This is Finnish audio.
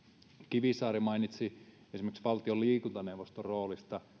kivisaari mainitsi esimerkiksi valtion liikuntaneuvoston roolista niin